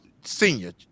Senior